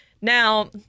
Now